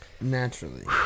Naturally